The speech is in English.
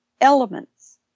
elements